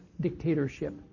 dictatorship